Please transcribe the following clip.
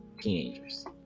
teenagers